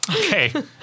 okay